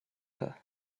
her